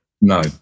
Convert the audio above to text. No